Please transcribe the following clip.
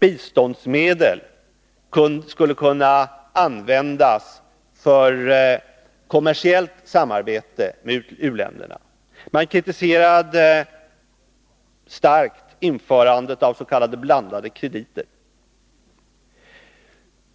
biståndsmedel skulle kunna användas för kommersiellt samarbete med u-länderna. Man kritiserade starkt införandet av s.k. blandade krediter.